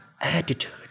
attitude